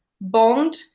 bond